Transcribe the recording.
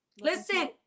Listen